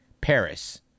Paris